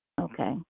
Okay